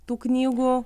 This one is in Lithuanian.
tų knygų